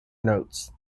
notes